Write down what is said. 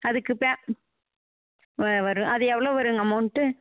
அதுக்கு பே வ வரும் அது எவ்வளோ வருங்க அமௌன்ட்